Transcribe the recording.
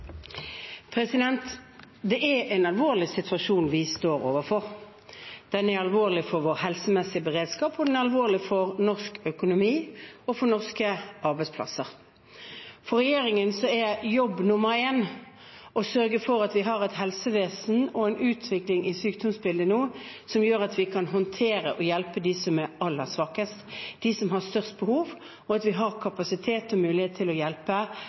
formidlet? Det er en alvorlig situasjon vi står overfor. Den er alvorlig for vår helsemessige beredskap, og den er alvorlig for norsk økonomi og for norske arbeidsplasser. For regjeringen er jobb nummer én å sørge for at vi har et helsevesen og en utvikling i sykdomsbildet som gjør at vi kan håndtere og hjelpe dem som er aller svakest, dem som har størst behov, og at vi har kapasitet og mulighet til å hjelpe